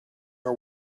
are